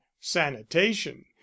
sanitation